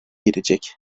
girecek